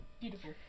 Beautiful